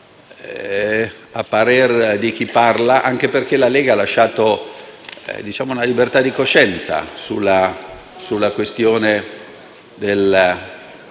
a parere di chi parla? Ricordo che la Lega ha lasciato libertà di coscienza sulla questione del